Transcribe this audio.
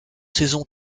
saison